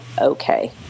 okay